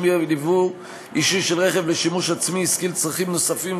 ליבוא אישי של רכב לשימוש עצמי-עסקי לצרכים נוספים,